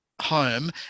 home